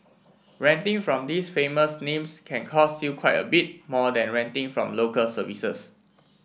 renting from these famous names can cost you quite a bit more than renting from Local Services